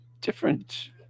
different